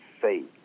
faith